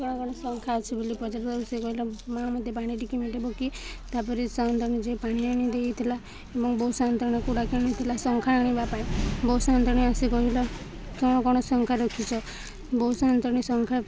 କ'ଣ କ'ଣ ଶଙ୍ଖା ଅଛି ବୋଲି ପଚାରିବାରୁ ସେ କହିଲେ ମାଆ ମୋତେ ପାଣି ଟିକିଏ ମିଳିବକି ତାପରେ ସାନ୍ତାଣୀ ଯାଇ ପାଣି ଆଣି ଦେଇଥିଲା ଏବଂ ବୋହୁ ସାନ୍ତାଣୀକୁ ଡ଼ାକି ଆଣିଥିଲା ଶଙ୍ଖା ଆଣିବା ପାଇଁ ବୋହୁ ସାନ୍ତାଣୀ ଆସି କହିଲା କ'ଣ କ'ଣ ଶଙ୍ଖା ରଖିଛ ବୋହୁ ସାନ୍ତାଣୀ ଶଙ୍ଖା